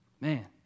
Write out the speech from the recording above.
Man